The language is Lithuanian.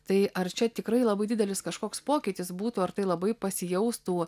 tai ar čia tikrai labai didelis kažkoks pokytis būtų ar tai labai pasijaustų